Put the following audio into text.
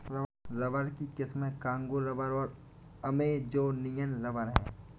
rubber की किस्में Congo rubber और अमेजोनियन रबर हैं